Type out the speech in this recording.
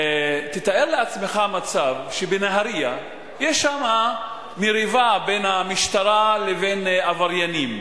תתאר לעצמך מצב שבנהרייה יש מריבה בין המשטרה לבין עבריינים,